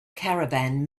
caravan